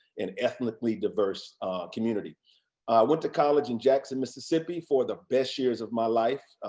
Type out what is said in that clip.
an ethnically diverse community. i went to college in jackson, mississippi for the best years of my life.